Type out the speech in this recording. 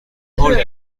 hold